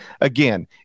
again